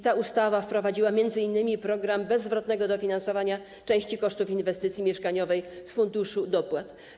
Ta ustawa wprowadziła m.in. program bezzwrotnego dofinansowania części kosztów inwestycji mieszkaniowej z Funduszu Dopłat.